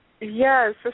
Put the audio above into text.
Yes